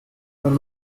wenn